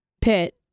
Pitt